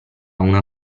una